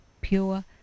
pure